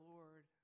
Lord